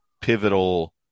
pivotal